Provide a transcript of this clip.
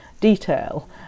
detail